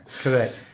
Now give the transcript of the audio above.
Correct